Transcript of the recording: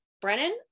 Brennan